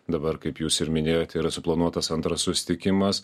dabar kaip jūs ir minėjote yra suplanuotas antras susitikimas